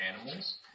animals